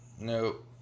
Nope